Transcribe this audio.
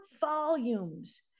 volumes